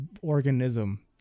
organism